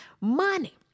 money